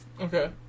Okay